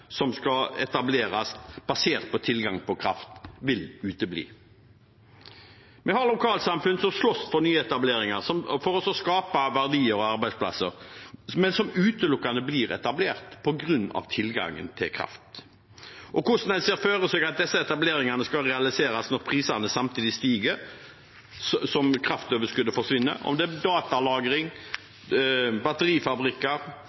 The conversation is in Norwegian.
som skal etableres basert på tilgangen på kraft, vil utebli. Vi har lokalsamfunn som sloss for nyetableringer, for å skape verdier og arbeidsplasser, men som utelukkende blir etablert på grunn av tilgangen til kraft. Og hvordan ser en for seg at disse etableringene skal realiseres samtidig som prisene stiger, og som kraftoverskuddet forsvinner, enten det er